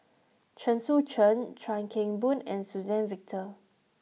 Chen Sucheng Chuan Keng Boon and Suzann Victor